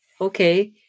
okay